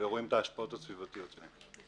ורואים את ההשפעות הסביבתיות שלהם.